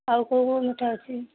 ଆଉ କେଉଁ କେଉଁ ମିଠା ଅଛି